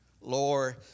Lord